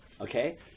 Okay